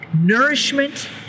nourishment